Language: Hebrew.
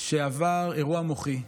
שעבר אירוע מוחי,